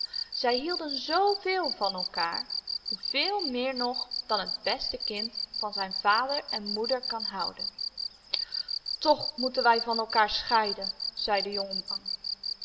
zij hielden zoo veel van elkaar veel meer nog dan het beste kind van zijn vader en moeder kan houden toch moeten wij van elkaar scheiden zei de